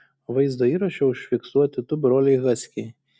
vaizdo įraše užfiksuoti du broliai haskiai